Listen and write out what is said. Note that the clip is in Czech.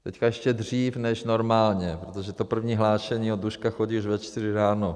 Teď ještě dřív než normálně, protože to první hlášení od Duška chodí už ve čtyři ráno.